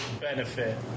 benefit